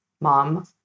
mom